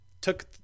took